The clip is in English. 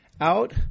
out